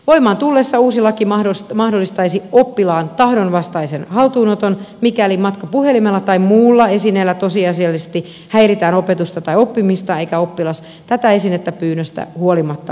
voimaan tullessaan uusi laki mahdollistaisi oppilaan tahdon vastaisen haltuunoton mikäli matkapuhelimella tai muulla esineellä tosiasiallisesti häiritään opetusta tai oppimista eikä oppilas tätä esinettä pyynnöstä huolimatta luovuta